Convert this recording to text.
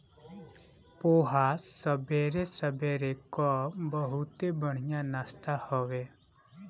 पोहा सबेरे सबेरे कअ बहुते बढ़िया नाश्ता हवे